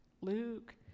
Luke